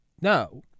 no